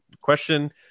question